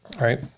Right